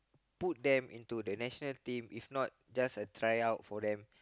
put them into the national team if not just a tryout for them